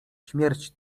śmierć